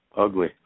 Ugly